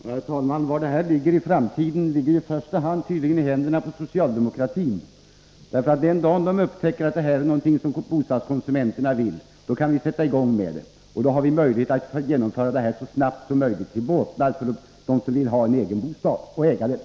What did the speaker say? Herr talman! Frågan om när systemet med ägarlägenheter kan vara infört ligger tydligen i första hand i händerna på socialdemokratin. Den dag de upptäcker att detta är någonting som bostadskonsumenterna vill kan vi sätta i gång. Då har vi också möjlighet att genomföra det så snabbt som möjligt, till båtnad för dem som vill ha en egen bostad och äga den.